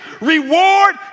reward